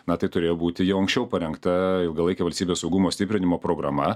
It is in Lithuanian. na tai turėjo būti jau anksčiau parengta ilgalaikė valstybės saugumo stiprinimo programa